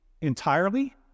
entirely